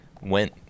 went